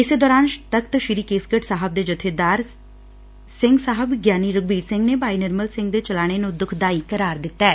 ਇਸੇ ਦੌਰਾਨ ਤਖ਼ਤ ਸ੍ਰੀ ਕੇਸਗੜ ਸਾਹਿਬ ਦੇ ਜਖੇਦਾਰ ਸਿੰਘ ਸਾਹਿਬ ਗਿਆਨੀ ਰਘਬੀਰ ਸਿੰਘ ਨੇ ਭਾਈ ਨਿਰਮਲ ਸਿੰਘ ਦੇ ਚਲਾਣੇ ਨੂੰ ਦੁੱਖਦਾਈ ਕਰਾਰ ਦਿੱਤੈ